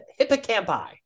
Hippocampi